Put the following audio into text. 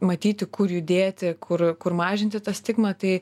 matyti kur judėti kur kur mažinti tą stigmą tai